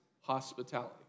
hospitality